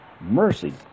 Mercy